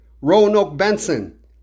Roanoke-Benson